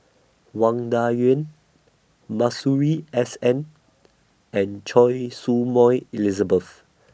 Wang Dayuan Masuri S N and Choy Su Moi Elizabeth